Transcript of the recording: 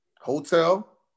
hotel